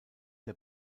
der